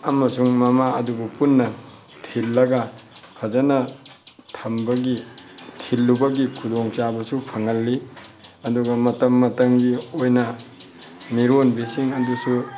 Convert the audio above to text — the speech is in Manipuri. ꯑꯃꯁꯨꯡ ꯃꯃꯥ ꯑꯗꯨꯕꯨ ꯄꯨꯟꯅ ꯊꯤꯜꯂꯒ ꯐꯖꯅ ꯊꯝꯕꯒꯤ ꯊꯤꯜꯂꯨꯕꯒꯤ ꯈꯨꯗꯣꯡꯆꯥꯕꯁꯨ ꯐꯪꯍꯜꯂꯤ ꯑꯗꯨꯒ ꯃꯇꯝ ꯃꯇꯝꯒꯤ ꯑꯣꯏꯅ ꯃꯤꯔꯣꯟꯕꯤꯁꯤꯡ ꯑꯗꯨꯁꯨ